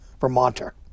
vermonter